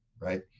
Right